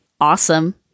awesome